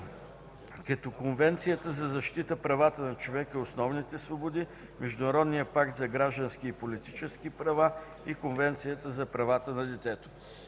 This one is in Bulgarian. като Конвенцията за защита правата на човека и основните свободи, Международния пакт за граждански и политически права и Конвенцията за правата на детето.